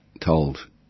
told